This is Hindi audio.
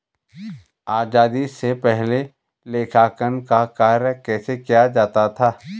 आजादी से पहले लेखांकन का कार्य कैसे किया जाता था?